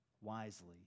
wisely